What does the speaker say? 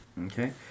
Okay